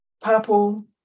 purple